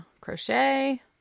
crochet